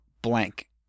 blank